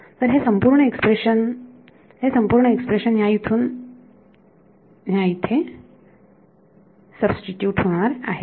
तर हे संपूर्ण एक्सप्रेशन बरोबर हे संपूर्ण एक्सप्रेशन ह्या इथून त्या तिथे सबस्टीट्यूट होणार आहे